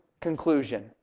conclusion